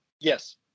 Yes